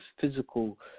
physical